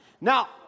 Now